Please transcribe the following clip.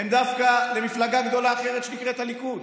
הן דווקא למפלגה גדולה אחרת, שנקראת הליכוד.